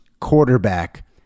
quarterback